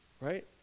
right